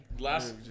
Last